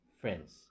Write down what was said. friends